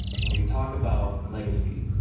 when we talk about legacy,